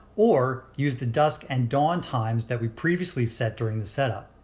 or use the dusk and dawn times that we previously set during the setup.